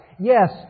Yes